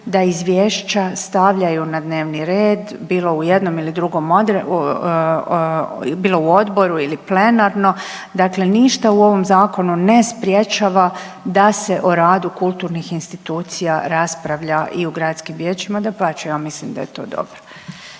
da izvješća stavljaju na dnevni red, bilo u jednom ili drugom bilo u odboru ili plenarno, dakle ništa u ovom zakonu ne sprječava da se o radu kulturnih institucija raspravlja i u gradskih vijećima, dapače ja mislim da je to dobro.